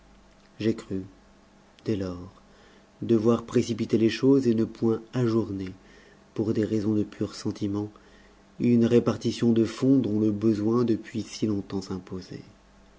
j'ai cru dès lors devoir précipiter les choses et ne point ajourner pour des raisons de pur sentiment une répartition de fonds dont le besoin depuis si longtemps